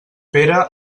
pere